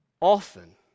often